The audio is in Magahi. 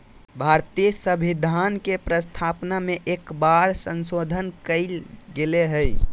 भारतीय संविधान के प्रस्तावना में एक बार संशोधन कइल गेले हइ